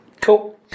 Cool